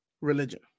religion